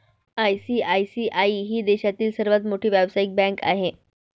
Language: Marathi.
आई.सी.आई.सी.आई ही देशातील सर्वात मोठी व्यावसायिक बँक आहे